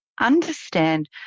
understand